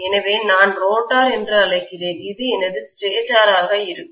எனவே இதை நான் ரோட்டார் என்று அழைக்கிறேன் இது எனது ஸ்டேட்டராக இருக்கும்